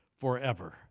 forever